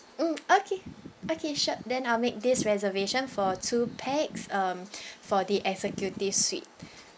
mm okay okay sure then I'll make this reservation for two pax um for the executive suite